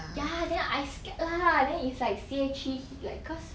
ya then I scared lah then it's like C_A three he like cause